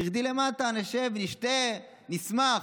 תרדי למטה, נשב, נשתה, נשמח.